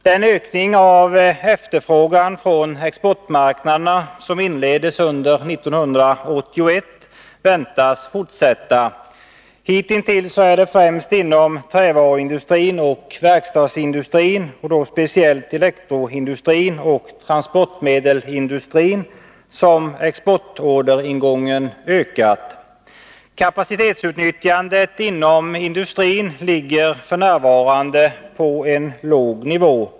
Den ökning av efterfrågan från exportmarknaderna som inleddes under 1981 väntas fortsätta. Hitintills är det främst inom trävaruindustrin och verkstadsindustrin, speciellt elektroindustrin och transportmedelsindustrin, som exportorderingången har ökat. Kapacitetsutnyttjandet inom industrin ligger f. n. på en låg nivå.